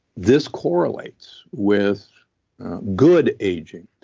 this correlates with good aging.